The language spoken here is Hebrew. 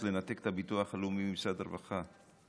לנתק את הביטוח הלאומי ממשרד הרווחה,